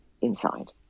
inside